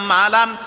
Malam